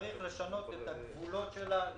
צריך לשנות את הגבולות שלה.